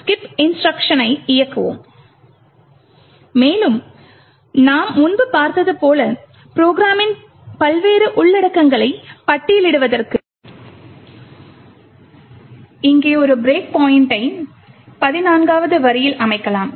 skipinstruction ஐ இயக்குவோம் மேலும் நாம் முன்பு பார்த்தது போல ப்ரோக்ராமின் பல்வேறு உள்ளடக்கங்களை பட்டியலிடுவதற்கு இங்கே ஒரு பிரேக் பாயிண்டை 14 வது வரியில் அமைக்கலாம்